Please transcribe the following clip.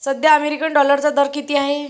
सध्या अमेरिकन डॉलरचा दर किती आहे?